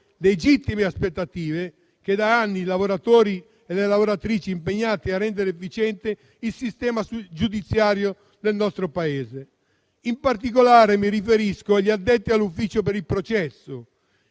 legittime aspettative che da anni nutrono i lavoratori e le lavoratrici impegnati a rendere efficiente il sistema giudiziario del nostro Paese. In particolare mi riferisco agli addetti all'ufficio per il processo,